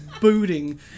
booting